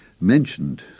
mentioned